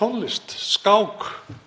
tónlist, skák